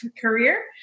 career